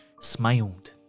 smiled